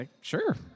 Sure